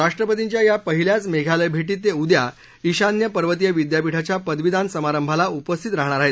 राष्ट्रपर्तीच्या या पहिल्याच मेघालय भेटीत ते उद्या इशान्य पर्वतीय विद्यापीठाच्या पदवीदान समारंभाला उपस्थित राहणार आहेत